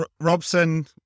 Robson